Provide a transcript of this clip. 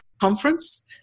conference